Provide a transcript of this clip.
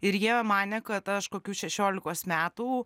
ir jie manė kad aš kokių šešiolikos metų